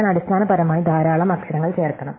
ഞാൻ അടിസ്ഥാനപരമായി ധാരാളം അക്ഷരങ്ങൾ ചേർക്കണം